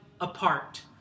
apart